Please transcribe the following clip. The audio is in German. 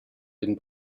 den